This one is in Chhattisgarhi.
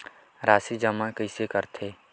राशि जमा कइसे करथे?